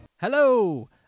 Hello